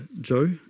Joe